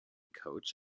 coach